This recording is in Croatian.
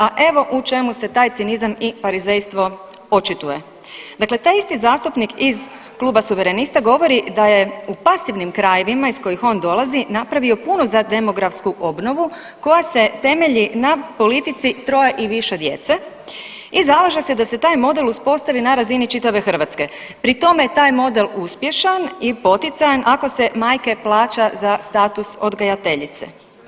A evo u čemu se taj cinizam i farizejstvo očituje, dakle taj isti zastupnik iz kluba Suverenista govori da je u pasivnim krajevima iz kojih on dolazi napravio puno za demografsku obnovu koja se temelji na politici troje i više djece i zalaže se da se taj model uspostavi na razini čitave Hrvatske, pri tome je taj model uspješan i poticajan ako se majke plaća za status odgajateljice.